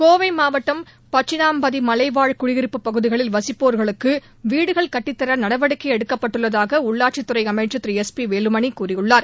கோவைமாவட்டம் பச்சினாம்பதிமலைவாழ் குடியிருப்புப் பகுதிகளில் வசிப்போர்களுக்குவீடுகள் கட்டித் தரநடவடிக்கைஎடுக்கப்பட்டுள்ளதாகஉள்ளாட்சித்துறைஅமைச்சர் திரு எஸ் பிவேலுமணிகூறியுள்ளார்